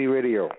Radio